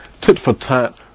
tit-for-tat